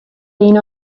been